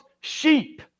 sheep